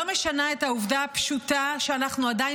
לא משנה את העובדה הפשוטה שאנחנו עדיין